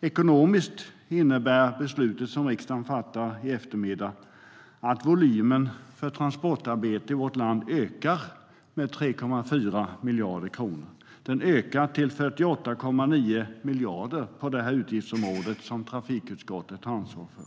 Ekonomiskt innebär det beslut riksdagen fattar i eftermiddag att volymen för transportarbete i vårt land ökar med 3,4 miljarder kronor. Den ökar till 48,9 miljarder på det utgiftsområde trafikutskottet ansvarar för.